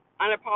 Unapologetic